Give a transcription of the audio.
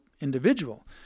individual